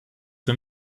für